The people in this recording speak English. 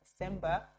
December